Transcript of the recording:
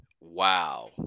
Wow